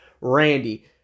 Randy